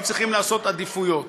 הם צריכים לעשות עדיפויות.